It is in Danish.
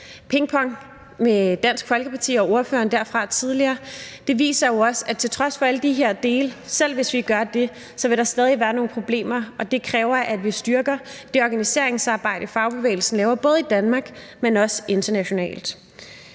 pingpong med Dansk Folkeparti og med ordføreren derfra tidligere jo viser, at til trods for alle de her dele – selv hvis vi gør det – vil der stadig være nogle problemer, og det kræver, at vi styrker det her organiseringsarbejde, som fagbevægelsen laver, både i Danmark, men også internationalt.